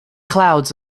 clouds